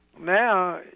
Now